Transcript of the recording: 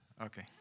Okay